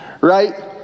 Right